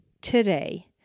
today